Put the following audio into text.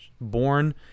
Born